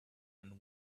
and